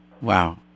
Wow